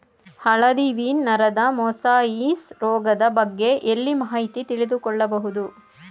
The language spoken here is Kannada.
ಹಳದಿ ವೀನ್ ನರದ ಮೊಸಾಯಿಸ್ ರೋಗದ ಬಗ್ಗೆ ಎಲ್ಲಿ ಮಾಹಿತಿ ತಿಳಿದು ಕೊಳ್ಳಬಹುದು?